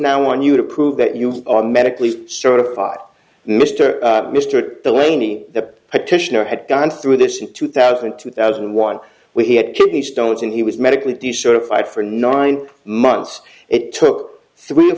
now on you to prove that you are medically certified mr mr delaney the petitioner had gone through this in two thousand and two thousand and one we had kidney stones and he was medically decertified for nine months it took three or